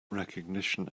recognition